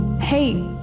Hey